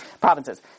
provinces